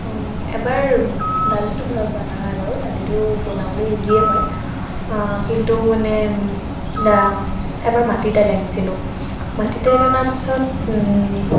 এবাৰ দালিটো ঘৰত বনাওঁৱে বাৰু দালিটো বনাবলে ইজিয়ে হয় কিন্তু মানে এবাৰ মাটি দাইল আনিছিলোঁ মাটি দাইল অনাৰ পাছত